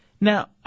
Now